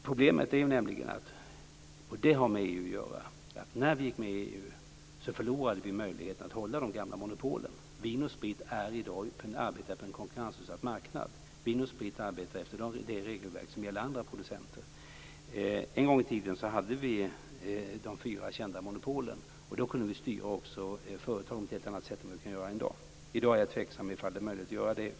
Problemet är att när vi gick in i EU förlorade vi möjligheterna att behålla de gamla monopolen. Vin & Sprit arbetar i dag på en konkurrensutsatt marknad. Vin & Sprit arbetar efter det regelverk som gäller för alla producenter. Vi hade en gång i tiden de fyra kända monopolen, och då kunde vi styra företagen på ett helt annat sätt än vad vi kan göra i dag. Jag är tveksam till om det nu är möjligt att göra det.